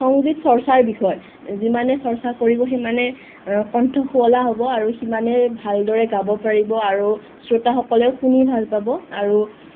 সংগীত চৰ্চাৰ বিষয় যিমানে চৰ্চা কৰিব সিমানে কণ্ঠ শুৱলা হ'ব আৰু সিমানে ভাল দৰে গাব পাৰিব আৰু শ্ৰুতাসকলেও শুনি ভাল পাব আৰু